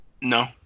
No